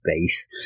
space